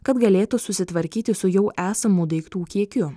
kad galėtų susitvarkyti su jau esamų daiktų kiekiu